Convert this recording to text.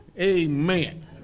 Amen